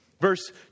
Verse